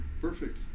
Perfect